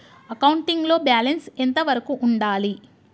Accounting లో balance ఎంత వరకు ఉండాలి?